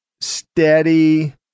steady